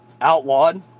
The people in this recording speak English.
outlawed